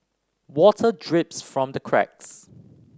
water drips from the cracks